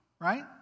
right